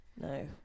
no